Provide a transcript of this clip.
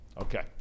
Okay